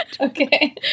okay